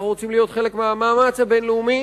אנחנו רוצים להיות חלק מהמאמץ הבין-לאומי.